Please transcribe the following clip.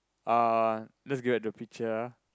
uh let's look at the picture ah